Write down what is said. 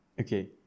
Okay